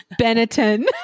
Benetton